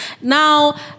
Now